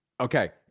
Okay